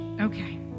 Okay